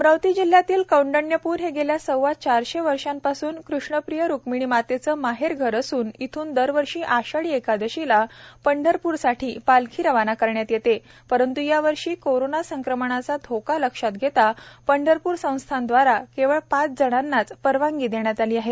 अमरावती जिल्ह्यातील कौंडण्यपुर हे गेल्या सव्वा चारशे वर्षापासून कृष्णप्रिय रुक्मिणी मातेचे माहेर असून इथून दरवर्षी आषाढी एकादशीला पंढरपूर साठी पालखी रवाना करण्यात येते परंतु या वर्षी कोरॉना संक्रमणाचा धोका लक्षात घेता पंढरपूर संस्थान द्वारा केवळ पाच जणांनाच परवानगी देण्यात आली आहे